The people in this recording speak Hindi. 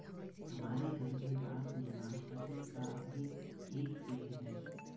हमारे घर के पास में नाशपती का भी एक पेड़ है